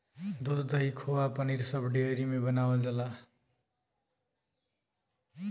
दूध, दही, खोवा पनीर सब डेयरी में बनावल जाला